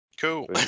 Cool